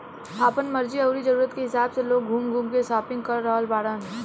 आपना मर्जी अउरी जरुरत के हिसाब से लोग घूम घूम के शापिंग कर रहल बाड़न